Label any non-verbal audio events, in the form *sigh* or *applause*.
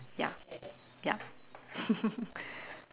ya ya *laughs*